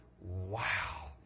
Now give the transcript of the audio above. wow